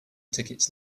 tickets